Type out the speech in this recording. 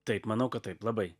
taip manau kad taip labai